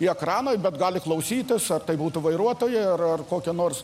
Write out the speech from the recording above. į ekraną bet gali klausytis ar tai būtų vairuotojai ar kokie nors